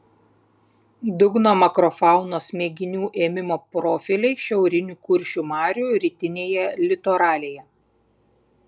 dugno makrofaunos mėginių ėmimo profiliai šiaurinių kuršių marių rytinėje litoralėje